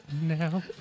now